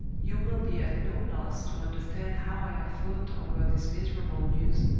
you will be at no loss to understand how i have thought over this miserable news,